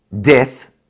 death